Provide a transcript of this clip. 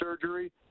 surgery